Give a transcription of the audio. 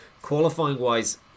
qualifying-wise